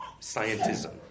scientism